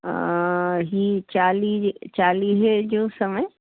हा हीअ चालीह चालीहे जो समय